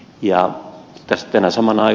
ja keskenään saman ai